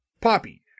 Poppy